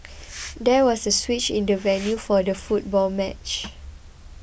there was a switch in the venue for the football match